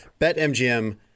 BetMGM